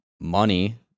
money